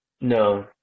No